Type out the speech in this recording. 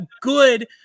good